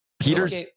Peters